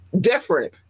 different